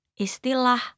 Istilah